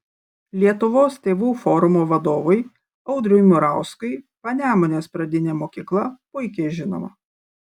lietuvos tėvų forumo vadovui audriui murauskui panemunės pradinė mokykla puikiai žinoma